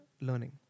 learning